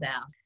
out